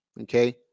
okay